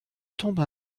tombe